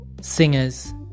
Singers